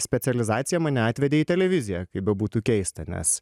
specializacija mane atvedė į televiziją kaip bebūtų keista nes